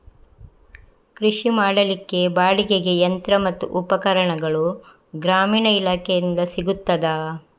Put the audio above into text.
ಕೃಷಿ ಮಾಡಲಿಕ್ಕೆ ಬಾಡಿಗೆಗೆ ಯಂತ್ರ ಮತ್ತು ಉಪಕರಣಗಳು ಗ್ರಾಮೀಣ ಇಲಾಖೆಯಿಂದ ಸಿಗುತ್ತದಾ?